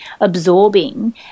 absorbing